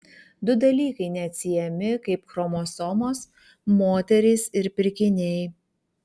du dalykai neatsiejami kaip chromosomos moterys ir pirkiniai